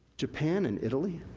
japan and italy?